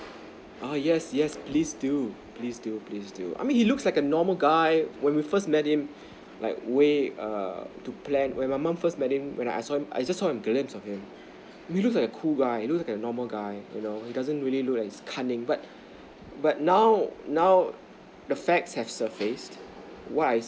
err yes yes please do please do please do I mean he looks like a normal guy when we first met him like way err to plan when my mom first met him when I I saw him I just saw a glimpse of him he looks like a cool guy he look like a normal guy you know it doesn't really look like he is cunning but but now now the facts has surfaced what I